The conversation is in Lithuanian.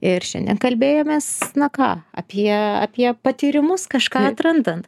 ir šiandien kalbėjomės na ką apie apie patyrimus kažką atrandant